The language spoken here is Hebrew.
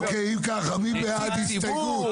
אוקיי, אם ככה, מי בעד הסתייגות 57?